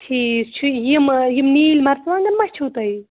ٹھیٖک چھُ یِم یِم نیٖلۍ مَرژٕوانٛگَن ما چھُو تۄہہِ